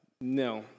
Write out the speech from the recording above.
no